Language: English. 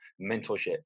mentorship